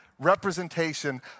representation